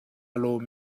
lawm